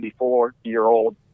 74-year-old